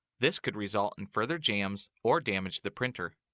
this could result in further jams or damage the printer.